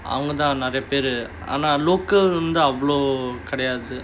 அவங்க தான் நிறைய பேரு ஆனா:avanga thaan niraiya peru aanaa local இருந்து அவ்ளோ கிடையாது:irunthu avlo kidaiyaathu